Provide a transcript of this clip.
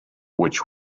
which